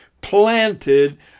planted